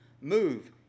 Move